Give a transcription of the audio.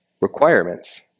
requirements